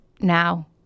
now